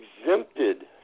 exempted